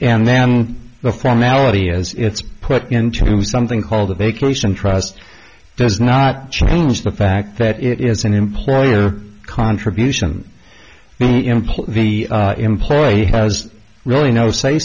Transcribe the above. and then the formality as it's put into something called a vacation trust does not change the fact that it is an employer contribution the employee has really no say